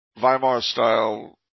Weimar-style